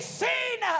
seen